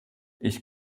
ich